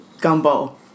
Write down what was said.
gumbo